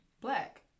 black